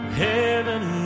heaven